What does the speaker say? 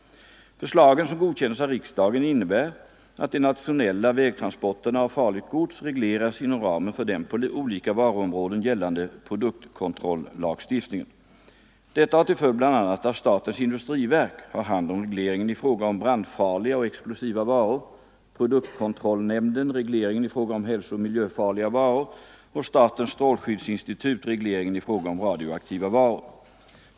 Förslagen, som godkändes av riksdagen, innebär att de nationella vägtransporterna av farligt gods regleras inom ramen för den på olika varuområden gällande produktkontrollagstiftningen. Detta har till följd bl.a. att statens industriverk har hand om regleringen i fråga om brandfarliga och explosiva varor, produktkontrollnämnden regleringen i fråga om hälsooch miljöfarliga varor och statens strålskyddsinstitut regleringen i fråga om radioaktiva varor.